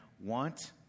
want